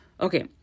okay